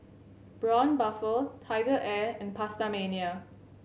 Braun Buffel TigerAir and PastaMania